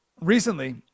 recently